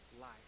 life